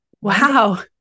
Wow